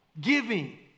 giving